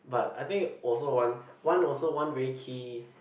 but I think also one one also one very key